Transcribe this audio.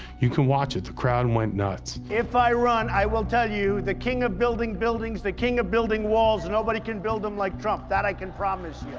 you can watch it, the crowd went nuts. if i run, i will tell you, the king of building buildings, the king of building walls, nobody can build them like trump. that i can promise